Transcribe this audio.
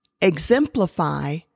exemplify